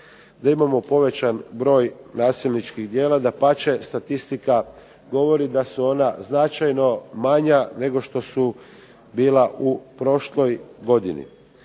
da imamo povećan broj nasilničkih djela. Dapače, statistika govori da su ona značajno manja nego što su bila u prošloj godini.